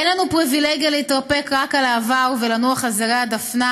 אין לנו פריבילגיה להתרפק רק על העבר ולנוח על זרי הדפנה